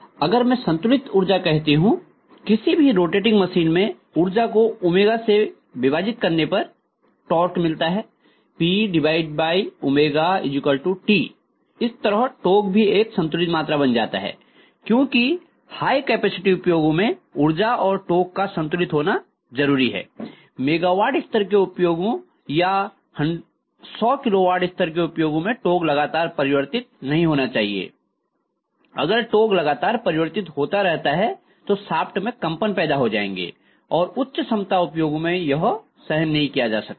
अगर मैं संतुलित ऊर्जा कहती हूँ किसी भी रोटेटिंग मशीन में ऊर्जा को से विभाजित करने पर टोक मिलता है P T इस तरह टोक भी एक संतुलित मात्रा बन जाता है क्यूंकि हाई कैपेसिटी उपयोगों में ऊर्जा और टोक का संतुलित होना जरूरी है MW स्तर के उपयोगों या 100 KW स्तर के उपयोगों में टोक लगातार परिवर्तित नहीं होना चाहिए अगर टोक लगातार परिवर्तित होता रहता है तो शाफ़्ट में कंपन पैदा हो जाएंगे उच्च क्षमता उपयोगों में यह सहन नहीं किया जा सकता है